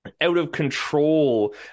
out-of-control